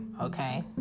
okay